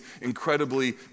incredibly